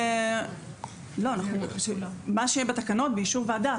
מה שיהיה בחוק באישור ועדה.